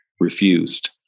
refused